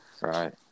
right